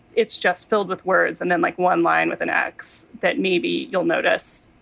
it's just filled with words and then like one line with an x that maybe you'll notice,